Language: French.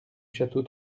château